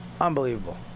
unbelievable